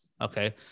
Okay